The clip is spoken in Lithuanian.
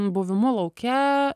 buvimu lauke